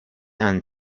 and